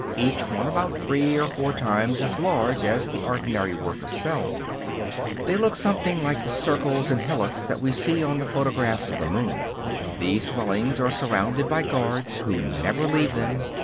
each one about three or four times as large as the ordinary worker's cell they look something like the circles and hillocks that we see on the photographs of the moon these dwellings are surrounded by guards who never leave them,